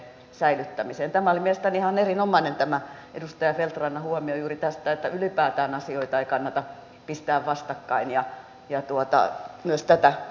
tämä oli mielestäni ihan erinomainen tämä edustaja feldt rannan huomio juuri tästä että ylipäätään asioita ei kannata pistää vastakkain ja myös tätä ajattelua kannatan